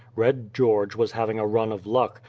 red george was having a run of luck,